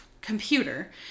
computer